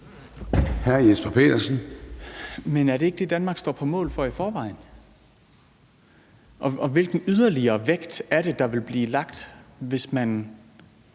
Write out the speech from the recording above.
20:08 Jesper Petersen (S): Men er det ikke det, Danmark står på mål for i forvejen, og hvilken yderligere vægt er det, der vil blive lagt? Vi kan